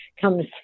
comes